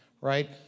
right